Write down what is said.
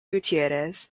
gutierrez